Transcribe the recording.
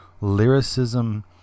lyricism